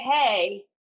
hey